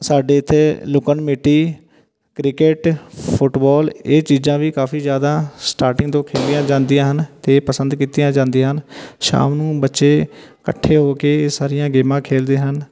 ਸਾਡੇ ਇੱਥੇ ਲੋਕਾਂ ਨੂੰ ਮੇਟੀ ਕ੍ਰਿਕਟ ਫੁਟਬੋਲ ਇਹ ਚੀਜ਼ਾਂ ਵੀ ਕਾਫੀ ਜ਼ਿਆਦਾ ਸਟਾਰਟਿੰਗ ਤੋਂ ਖੇਡੀਆਂ ਜਾਂਦੀਆਂ ਹਨ ਅਤੇ ਪਸੰਦ ਕੀਤੀਆਂ ਜਾਂਦੀਆਂ ਹਨ ਸ਼ਾਮ ਨੂੰ ਬੱਚੇ ਇਕੱਠੇ ਹੋ ਕੇ ਇਹ ਸਾਰੀਆਂ ਗੇਮਾਂ ਖੇਡਦੇ ਹਨ